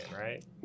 right